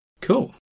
cool